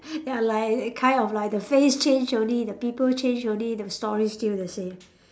ya like kind of like the face change only the people change only the stories still the same